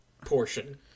portion